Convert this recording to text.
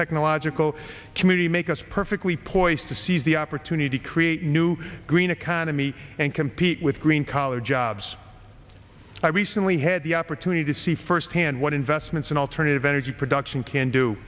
technological community make us perfectly poised to seize the opportunity create new green economy and compete with green collar jobs i recently had the opportunity to see firsthand what investments in alternative energy production can do